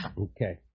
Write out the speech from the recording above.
Okay